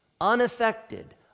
unaffected